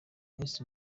miss